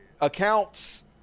accounts